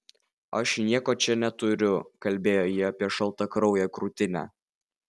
aš nieko čia neturiu kalbėjo ji apie šaltakrauję krūtinę